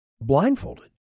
blindfolded